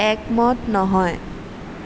একমত নহয়